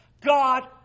God